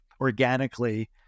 organically